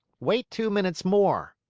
wait two minutes more.